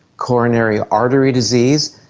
coronary artery disease,